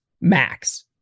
max